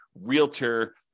realtor